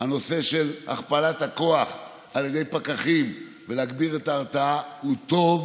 הנושא של הכפלת הכוח על ידי פקחים ולהגביר את ההרתעה הוא טוב,